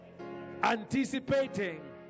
anticipating